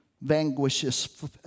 vanquishes